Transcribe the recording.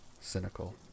cynical